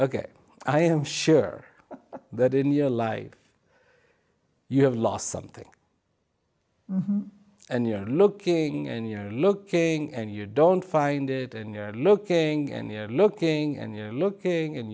ok i am sure that in your life you have lost something and you're looking and you're looking and you don't find it and you're looking and looking and looking and